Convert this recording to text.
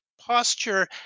posture